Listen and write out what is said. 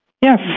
Yes